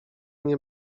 nie